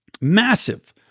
Massive